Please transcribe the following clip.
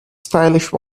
stylish